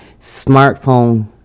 smartphone